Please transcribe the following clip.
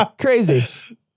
crazy